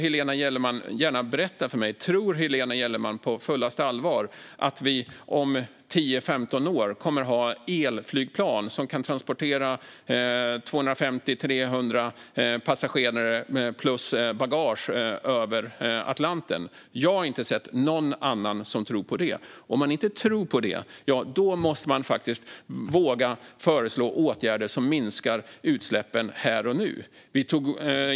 Helena Gellerman får gärna berätta för mig om hon på fullaste allvar tror att vi om 10-15 år kommer att ha elflygplan som kan transportera 250-300 passagerare plus bagage över Atlanten. Jag har inte hört att någon annan tror på det. Och om man inte tror på det måste man faktiskt våga föreslå åtgärder som minskar utsläppen här och nu.